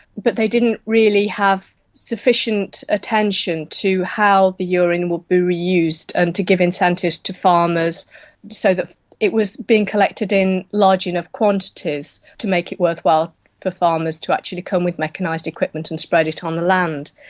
but they didn't really have sufficient attention to how the urine would be reused and to give incentives to farmers so that it was being collected in large enough quantities to make it worthwhile for farmers to actually come with mechanised equipment and spread it on the land.